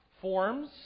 forms